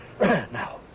Now